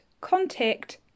contact